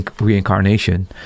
reincarnation